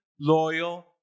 loyal